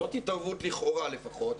זאת התערבות לכאורה לפחות,